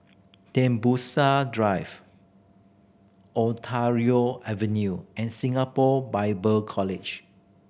Tembusu Drive Ontario Avenue and Singapore Bible College